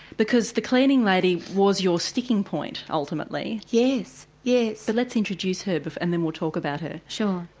because the cleaning lady was your sticking point ultimately. yes, yes. but let's introduce her but and then we'll talk about her. sure.